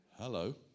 Hello